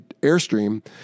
airstream